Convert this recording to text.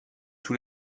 tous